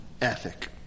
ethic